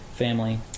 family